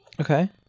okay